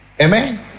Amen